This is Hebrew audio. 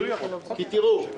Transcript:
תראו,